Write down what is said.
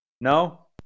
No